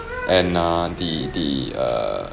and err the the err